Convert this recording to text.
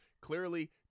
clearly